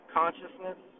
consciousness